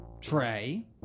Trey